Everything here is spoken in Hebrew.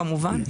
כמובן.